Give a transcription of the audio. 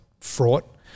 fraught